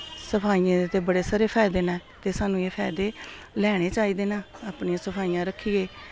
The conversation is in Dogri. सफाइयें दे ते बड़े सारे फायदे न ते सानू एह् फायदे लैने चाहिदे न अपनियां सफाइयां रक्खियै